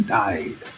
died